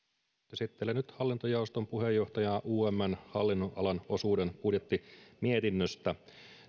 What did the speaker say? esittelen nyt hallintojaoston puheenjohtajana umn hallinnonalan osuuden budjettimietinnöstä